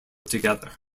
together